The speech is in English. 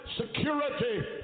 security